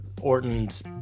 Orton's